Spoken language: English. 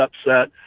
upset